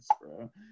bro